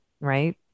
Right